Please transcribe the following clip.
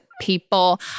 people